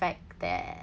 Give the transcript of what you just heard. fact that